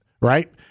right